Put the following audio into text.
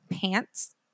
pants